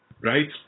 Right